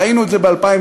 ראינו את זה ב-2008.